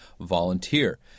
volunteer